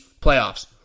playoffs